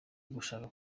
ugushaka